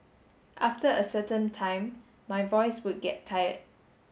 after a certain time my voice would get tired